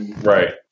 Right